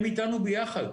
הם איתנו ביחד,